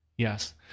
Yes